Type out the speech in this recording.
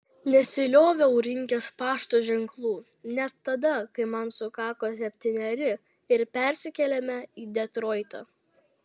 nesilioviau rinkęs pašto ženklų net tada kai man sukako septyneri ir persikėlėme į detroitą